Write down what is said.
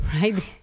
right